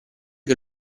che